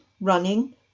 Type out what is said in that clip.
running